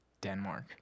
Denmark